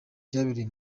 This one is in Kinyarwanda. byabereye